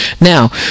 Now